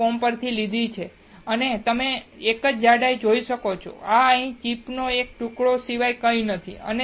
com પરથી લીધી છે અને તમે એક જ ડાઇ જોઈ શકો છો અહીં આ ચિપ નો નાનો ટુકડો સિવાય કંઈ નથી